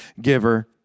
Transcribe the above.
giver